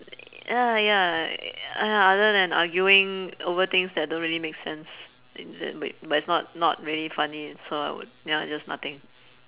uh ya !aiya! other than arguing over things that don't really make sense is that wait but it's not not really funny so I would ya just nothing